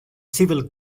civil